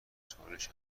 چالش